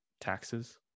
taxes